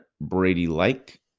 Brady-like